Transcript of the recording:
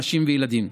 אנשים וילדים.